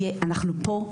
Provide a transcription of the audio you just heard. אנחנו פה,